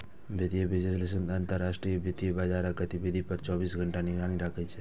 वित्तीय विश्लेषक अंतरराष्ट्रीय वित्तीय बाजारक गतिविधि पर चौबीसों घंटा निगरानी राखै छै